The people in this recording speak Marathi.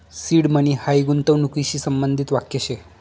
सीड मनी हायी गूंतवणूकशी संबंधित वाक्य शे